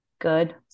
good